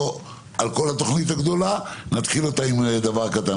לא על כל התוכנית הגדולה, נתחיל עם דבר קטן.